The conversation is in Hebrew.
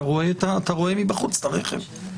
כי אתה רואה מבחוץ את הרכב.